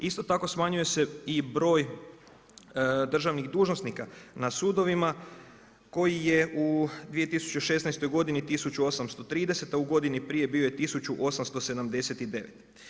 Isto tako smanjuje se i broj državnih dužnosnika na sudovima, koji je u 2016. g. 1830, a u godini prije bio je 1879.